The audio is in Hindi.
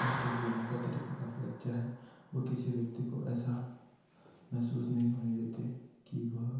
उनके बोलने का तरीका काफ़ी अच्छा है वो किसी व्यक्ति को ऐसा महसूस नहीं होने देते कि वह